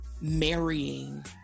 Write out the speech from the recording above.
marrying